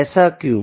ऐसा क्यों